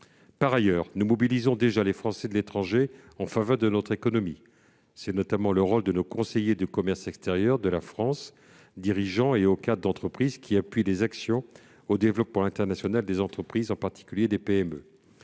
Par ailleurs, nous mobilisons déjà les Français de l'étranger en faveur de notre économie. C'est notamment le rôle des conseillers du commerce extérieur de la France, dirigeants et hauts cadres d'entreprises qui appuient les actions de développement international des entreprises, notamment les PME.